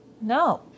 no